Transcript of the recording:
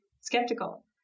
skeptical